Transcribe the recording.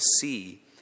see